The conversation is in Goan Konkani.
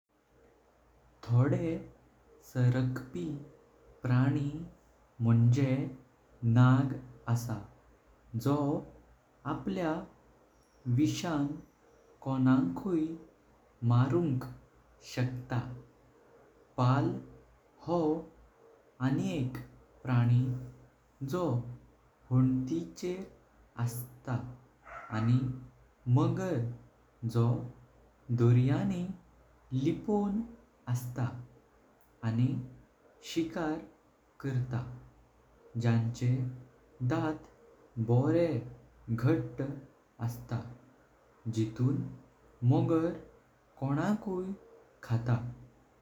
थोडे सरकपी प्राणी मोंझे नाग असा जो अपल्या विषान कोणाकू मारुंक शकता। पल हो अनेक प्राणी जो होंटीचेर अस्ता आणि मगार जो दोरयानी लिपों अस्ता। आणि शिकार करता ज्यांचे दांत बोरें घट अस्ता जिथून मोगार कोणाकू खात.